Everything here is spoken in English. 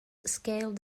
scaled